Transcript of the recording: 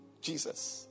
Jesus